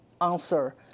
answer